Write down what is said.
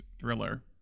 thriller